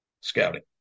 scouting